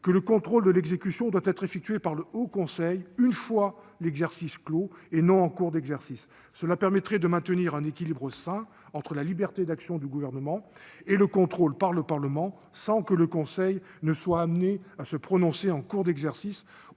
que le contrôle de l'exécution doit être effectué par le Haut Conseil une fois l'exercice clos, et non en cours d'exercice. Cela permettrait de maintenir un équilibre sain entre la liberté d'action du Gouvernement et le contrôle par le Parlement sans que le Haut Conseil soit amené à se prononcer en cours d'exercice